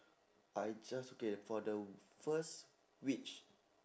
I just get for the first wish